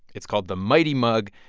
it's called the mighty mug.